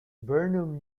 burnham